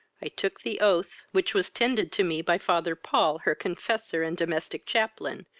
i took the oath, which was tended to me by father paul, her confessor and domestic chaplain,